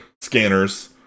scanners